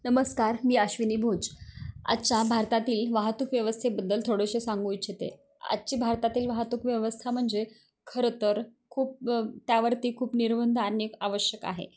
नमस्कार मी आश्विनी भोज आजच्या भारतातील वाहतूक व्यवस्थेबद्दल थोडेसे सांगू इच्छिते आजची भारतातील वाहतूक व्यवस्था म्हणजे खरं तर खूप त्यावरती खूप निर्बंध आणणे आवश्यक आहे